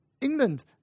England